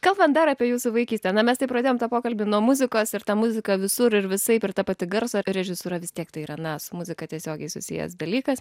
kalbant dar apie jūsų vaikystę na mes taip pradėjom tą pokalbį nuo muzikos ir ta muzika visur ir visaip ir ta pati garso režisūra vis tiek tai yra na su muzika tiesiogiai susijęs dalykas